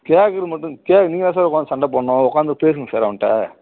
கேக்கிறது மட்டும் நீங்கள் தான் சார் உட்காந்து சண்டை போடணும் உட்காந்து பேசுங்கள் சார் அவன்கிட்ட